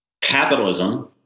Capitalism